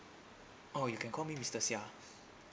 oh you can call me mister siah